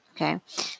okay